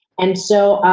and so,